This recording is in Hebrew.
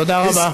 תודה רבה.